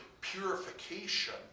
purification